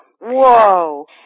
Whoa